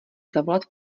zavolat